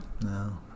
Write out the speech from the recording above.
No